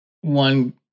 one